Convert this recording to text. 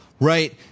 Right